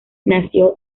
nació